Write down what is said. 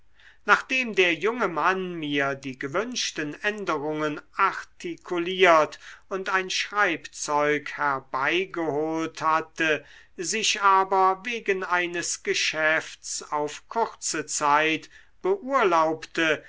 nachdem der junge mann mir die gewünschten änderungen artikuliert und ein schreibzeug herbeigeholt hatte sich aber wegen eines geschäfts auf kurze zeit beurlaubte